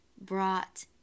brought